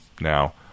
Now